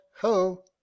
ho